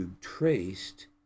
Traced